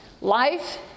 Life